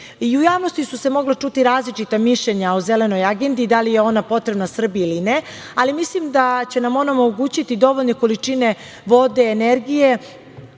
U javnosti su se mogle čuti različita mišljenja o Zelenoj agendi, da li je ona potrebna Srbiji ili ne, ali mislim da će nam ona omogućiti dovoljne količine vode, energije,